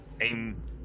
aim